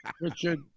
Richard